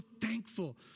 thankful